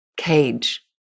cage